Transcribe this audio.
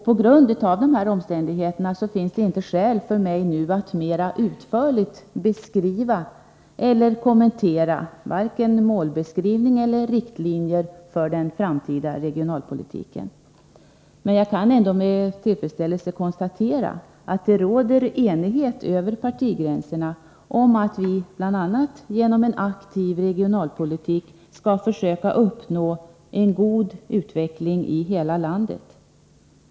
På grund av dessa omständigheter finns det inte skäl för mig att nu mera utförligt beskriva eller kommentera vare sig målbeskrivning eller riktlinjer för den framtida regionalpolitiken. Jag kan ändå med tillfredsställelse konstatera att det råder enighet över partigränserna om att vi bl.a. genom en aktiv regionalpolitik skall försöka uppnå en god utveckling i hela landet.